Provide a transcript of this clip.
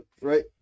Right